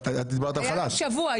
היה לו שבוע,